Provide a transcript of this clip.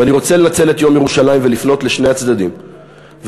ואני רוצה לנצל את יום ירושלים ולפנות לשני הצדדים ולהציב